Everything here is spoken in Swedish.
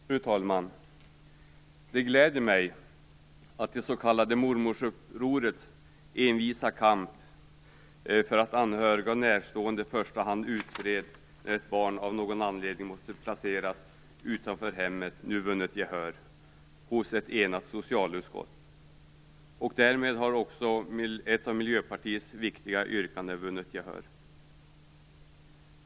Fru talman! Det gläder mig att det s.k. mormorsupprorets envisa kamp för att anhöriga och närstående i första hand utreds när ett barn av någon anledning måste placeras utanför hemmet nu vunnit gehör hos ett enat socialutskott. Därmed har också ett av Miljöpartiets viktiga yrkanden vunnit gehör.